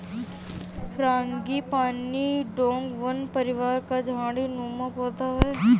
frangipani dogbane परिवार का झाड़ी नुमा पौधा है